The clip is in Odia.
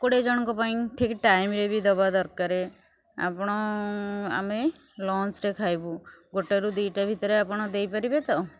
କୋଡ଼ିଏ ଜଣଙ୍କ ପାଇଁ ଠିକ୍ ଟାଇମ୍ରେ ବି ଦେବା ଦରକାର ଆପଣ ଆମେ ଲଞ୍ଚରେ ଖାଇବୁ ଗୋଟେ ରୁ ଦୁଇ ଟା ଭିତରେ ଆପଣ ଭିତରେ ଦେଇ ପାରିବେ ତ